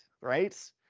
Right